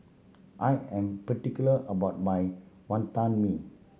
I am particular about my Wantan Mee